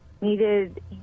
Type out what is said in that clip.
needed